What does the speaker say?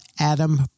Adam